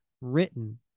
written